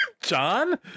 John